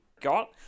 got